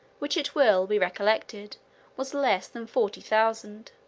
which it will be recollected was less than forty thousand.